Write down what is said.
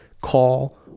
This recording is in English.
call